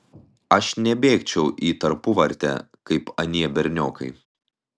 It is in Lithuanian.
aš nebėgčiau į tarpuvartę kaip anie berniokai